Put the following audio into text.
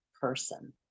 person